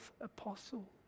apostle